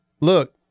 look